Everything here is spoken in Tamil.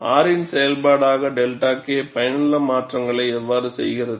R இன் செயல்பாடாக 𝜹 K பயனுள்ள மாற்றங்களை எவ்வாறு செய்கிறது